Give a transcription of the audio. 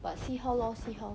but see how lor see how